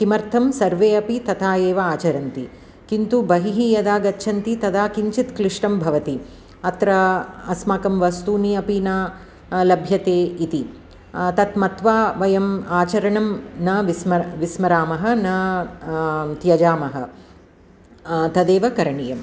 किमर्थं सर्वे अपि तथा एव आचरन्ति किन्तु बहिः यदा गच्छन्ति तदा किञ्चित् क्लिष्टं भवति अत्र अस्माकं वस्तूनि अपि न लभ्यन्ते इति तत् मत्वा वयं आचरणं न विस्म विस्मरामः न त्यजामः तदेव करणीयम्